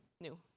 new